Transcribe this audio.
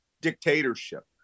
dictatorship